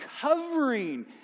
covering